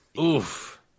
Oof